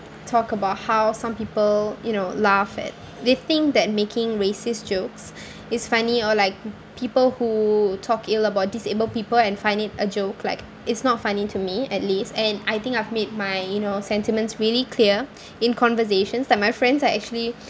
talk about how some people you know laugh at they think that making racist jokes is funny or like p~ people who talk ill about disabled people and find it a joke like it's not funny to me at least and I think I've made my you know sentiments really clear in conversations that my friends are actually